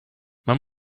man